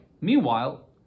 Meanwhile